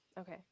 Okay